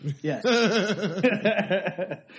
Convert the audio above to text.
Yes